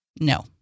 no